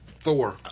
Thor